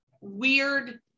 weird